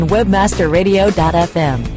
WebmasterRadio.fm